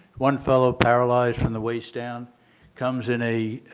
one fellow paralyzed from the waist down comes in a